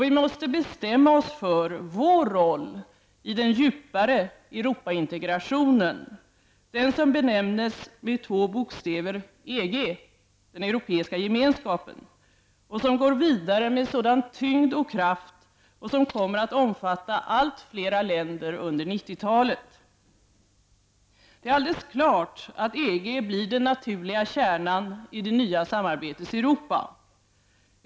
Vi måste bestämma oss för vår roll i den djupare Europaintegrationen, den som benämns med två bokstäver EG, Europeiska gemenskapen, och som går vidare med sådan tyngd och kraft och som kommer att omfatta allt fler länder under 90-talet. Det är alldeles klart att EG blir den naturliga kärnan i det nya samarbetets Europa.